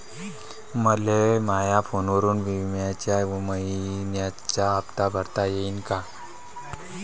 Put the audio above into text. मले माया फोनवरून बिम्याचा मइन्याचा हप्ता भरता येते का?